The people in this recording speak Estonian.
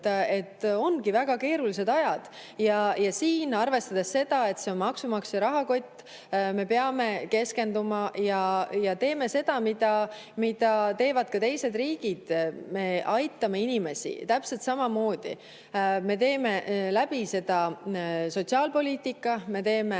Ongi väga keerulised ajad. Ja arvestades seda, et see on maksumaksja rahakott, me peame keskenduma ja tegema seda, mida teevad ka teised riigid. Me aitame inimesi täpselt samamoodi. Me teeme seda sotsiaalpoliitika kaudu, me teeme